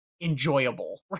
enjoyable